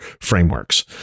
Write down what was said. frameworks